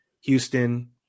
Houston